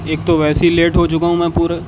ایک تو ویسے ہی لیٹ ہو چکا ہوں میں پورا